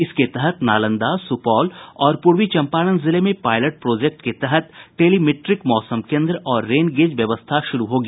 इसके तहत नालंदा सुपौल और पूर्वी चम्पारण जिले में पायलट प्रोजेक्ट के तहत टेलीमीट्रिक मौसम केन्द्र और रेनगेज व्यवस्था शुरू होगी